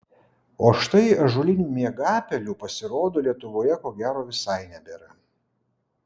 o štai ąžuolinių miegapelių pasirodo lietuvoje ko gero visai nebėra